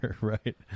right